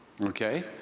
Okay